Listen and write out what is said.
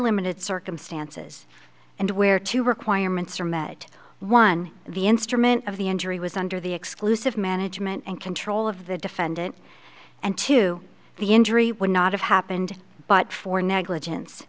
limited circumstances and where two requirements are met one the instrument of the injury was under the exclusive management and control of the defendant and to the injury would not have happened but for negligence